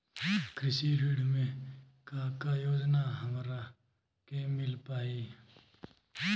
कृषि ऋण मे का का योजना हमरा के मिल पाई?